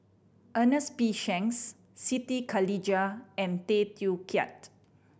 Ernest P Shanks Siti Khalijah and Tay Teow Kiat